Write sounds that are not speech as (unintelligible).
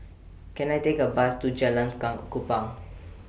Can I Take A Bus to Jalan (unintelligible) Kupang